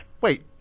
Wait